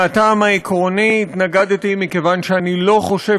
מהטעם העקרוני התנגדתי מכיוון שאני לא חושב